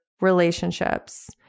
relationships